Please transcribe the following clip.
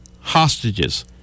hostages